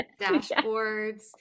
dashboards